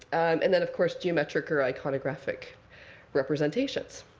and then, of course, geometric or iconographic representations.